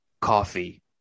coffee